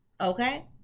Okay